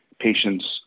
patients